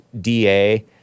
DA